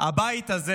הבית הזה